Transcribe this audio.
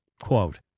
quote